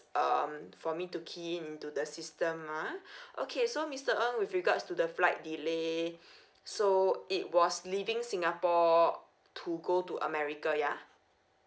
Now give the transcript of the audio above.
um for me to key in into the system ah okay so mister ng with regards to the flight delay so it was leaving singapore to go to america ya